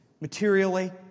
materially